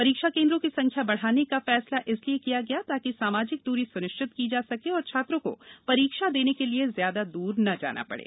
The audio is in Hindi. परीक्षा केनद्वों की संखय्ना बढ़ाने का निर्णय इसलिए किया गया ताकि सामाजिक दूरी स्निश्चित की जा सके और छात्रों को परीक्षा देने के लिए जयादा दूर न जाने पड़े